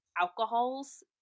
alcohols